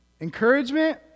Encouragement